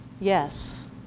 Yes